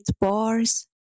bars